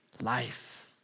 life